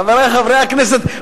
חברי חברי הכנסת,